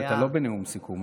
אתה לא בנאום סיכום,